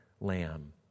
Lamb